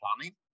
planning